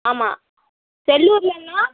ஆமாம் செல்லூர்லன்னா